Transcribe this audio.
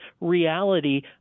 reality